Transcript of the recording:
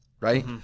right